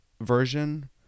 version